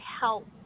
help